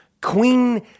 queen